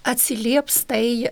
atsilieps tai